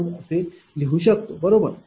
554 असे करू शकतो बरोबर